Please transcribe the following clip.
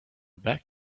back